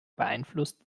beeinflusst